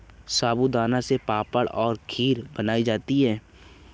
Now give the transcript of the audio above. साबूदाना से पापड़ और खीर बनाई जाती है